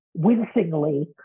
wincingly